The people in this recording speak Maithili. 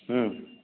ह्म्म